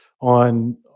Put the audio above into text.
on